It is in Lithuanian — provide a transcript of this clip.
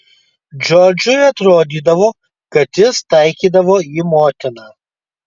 džordžui atrodydavo kad jis taikydavo į motiną